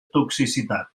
toxicitat